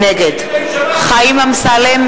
נגד חיים אמסלם,